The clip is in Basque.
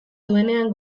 duenean